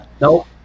nope